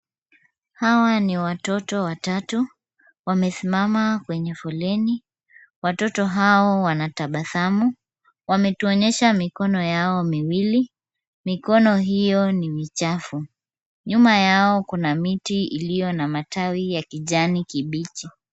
Hawa ni watoto watatu, wamesimama kwenye foleni. Watoto hao wanatabasamu, wametuonyesha mikono yao miwili, mikono hiyo ni michafu, nyuma yao kuna miti iliyo na matawi ya kijani kibichi.